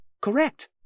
Correct